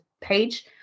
page